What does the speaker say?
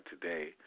today